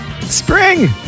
Spring